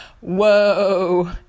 whoa